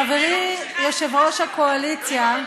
חברי יושב-ראש הקואליציה,